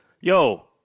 yo